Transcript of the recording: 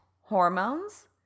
hormones